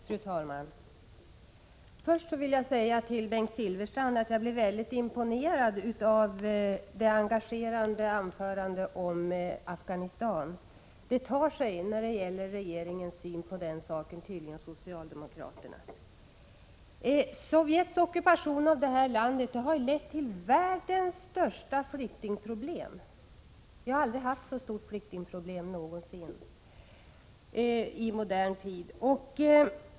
Fru talman! Först vill jag säga till Bengt Silfverstrand att jag blev väldigt imponerad av hans engagerande anförande om Afghanistan. Det tar sig när det gäller regeringens syn på den saken, och tydligen även socialdemokraternas. Sovjets ockupation av Afghanistan har ju förorsakat världens största flyktingproblem. Det har aldrig någonsin i modern tid funnits ett så stort flyktingproblem.